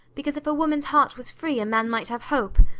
because if a woman's heart was free a man might have hope.